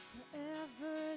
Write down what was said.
Forever